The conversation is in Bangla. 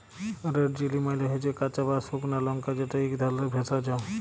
রেড চিলি মালে হচ্যে কাঁচা বা সুকনা লংকা যেট ইক ধরলের ভেষজ